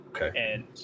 Okay